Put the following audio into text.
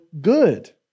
good